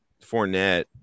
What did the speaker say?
Fournette